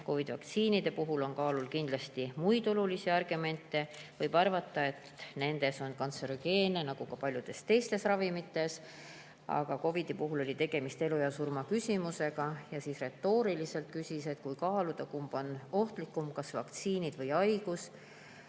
COVID-i vaktsiinide puhul on kaalul kindlasti ka muid olulisi argumente, võib arvata, et nendes on kantserogeene, nagu ka paljudes teistes ravimites, aga COVID‑i puhul oli tegemist elu ja surma küsimusega. Siis ta retooriliselt küsis, et kui kaaluda, siis kumb on ohtlikum, kas vaktsiinid või haigus,